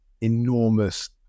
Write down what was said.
enormous